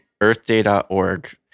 earthday.org